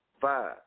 Five